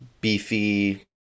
beefy